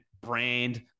brand